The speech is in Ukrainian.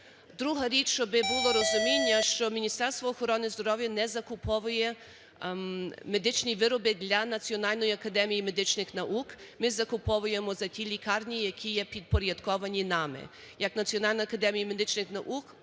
Друга річ, щоб було розуміння, що Міністерство охорони здоров'я не закуповує медичні вироби для Національної академії медичних наук, ми закуповуємо на ті лікарні, які є підпорядковані нам. Як Національна академія медичних наук